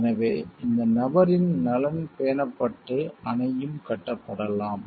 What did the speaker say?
எனவே இந்த நபரின் நலன் பேணப்பட்டு அணையும் கட்டப்படலாம்